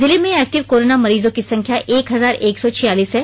जिले में active corona मरीजों की संख्या एक हजार एक सौ छियालीस है